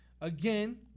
again